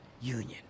Union